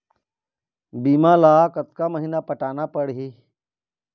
बीमा ला कतका महीना पटाना पड़ही?